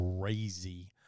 crazy